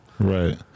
Right